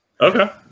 Okay